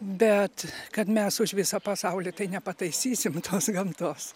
bet kad mes už visą pasaulį tai nepataisysim tos gamtos